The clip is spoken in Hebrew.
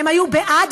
הם היו בעד,